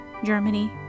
Germany